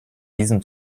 diesen